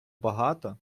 багато